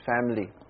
family